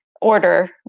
order